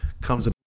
comes